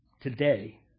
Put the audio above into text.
today